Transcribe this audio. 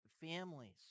families